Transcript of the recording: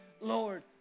Lord